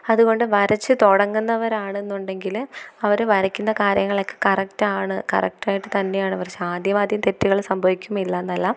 അതുകൊണ്ട് വരച്ചു തുടങ്ങുന്നവരാണെന്ന് ഉണ്ടെങ്കിൽ അവർ വരയ്ക്കുന്ന കാര്യങ്ങളൊക്കെ കറക്റ്റ് ആണ് കറക്റ്റ് ആയിട്ട് തന്നെയാണ് വരച്ച ആദ്യമാദ്യം തെറ്റുകൾ സംഭവിക്കും ഇല്ല എന്നല്ല